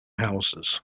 houses